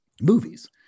movies